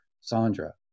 Sandra